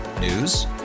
News